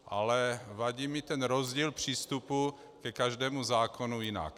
Ale vadí mi rozdíl přístupu ke každému zákonu jinak.